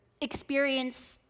experience